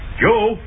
Joe